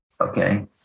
okay